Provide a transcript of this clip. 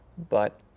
but